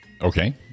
Okay